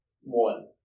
One